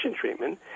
treatment